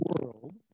world